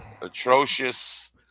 atrocious